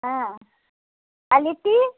हँ आ लिट्टी